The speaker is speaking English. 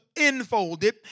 enfolded